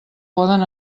poden